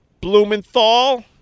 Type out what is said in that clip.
Blumenthal